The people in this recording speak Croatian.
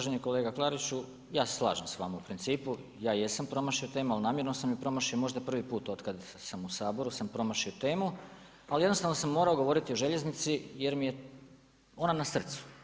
Uvaženi kolega Klariću, ja se slažem s vama u principu, ja jesam promašio temu, ali namjerno sam ju promašio možda prvi put od kad sam u Saboru sam promašio temu, al jednostavno sam morao govoriti o željeznicu jer mi je ona na srcu.